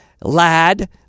lad